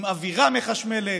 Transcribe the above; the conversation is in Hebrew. עם אווירה מחשמלת.